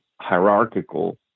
hierarchical